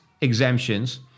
exemptions